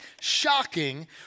shocking